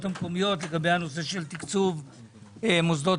המקומיות לגבי הנושא של תקצוב מוסדות